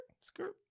skirt